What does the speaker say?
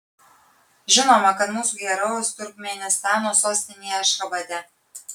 žinoma kad mūsų herojaus turkmėnistano sostinėje ašchabade